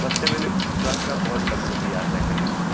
बस से मैंने बहुत लंबी लंबी यात्रा करी हैं